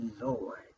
Lord